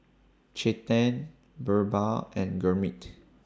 Chetan Birbal and Gurmeet